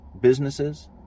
businesses